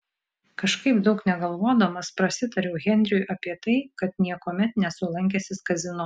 kažkaip daug negalvodamas prasitariau henriui apie tai kad niekuomet nesu lankęsis kazino